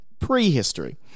prehistory